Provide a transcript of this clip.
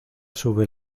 sube